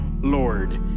Lord